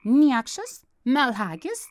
niekšas melagis